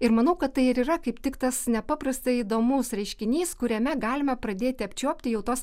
ir manau kad tai ir yra kaip tik tas nepaprastai įdomus reiškinys kuriame galime pradėti apčiuopti jau tos